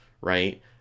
Right